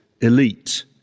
elite